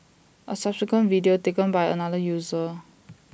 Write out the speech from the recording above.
A subsequent video taken by another user